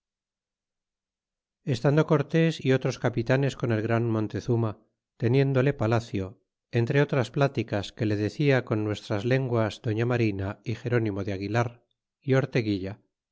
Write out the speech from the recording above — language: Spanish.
estando cortés é otros capitanes con el gran montezuma teniéndole palacio entre otras platicas que le decia con nuestras lenguas doña marina é gerúnimo de aguilar é